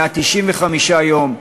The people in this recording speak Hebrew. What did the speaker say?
195 יום,